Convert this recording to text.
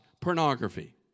pornography